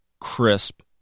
crisp